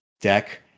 deck